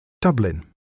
Dublin